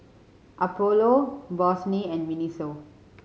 Apollo Bossini and MINISO